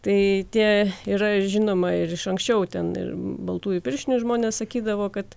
tai tie yra žinoma ir iš anksčiau ten ir baltųjų pirštinių žmonės sakydavo kad